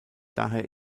daher